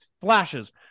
flashes